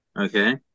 Okay